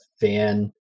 fan